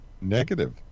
Negative